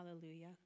hallelujah